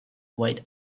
white